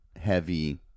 heavy